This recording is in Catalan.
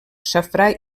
safrà